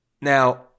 Now